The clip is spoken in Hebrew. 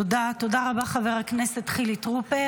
תודה רבה, חבר הכנסת חילי טרופר.